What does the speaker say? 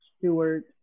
Stewart